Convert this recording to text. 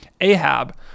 Ahab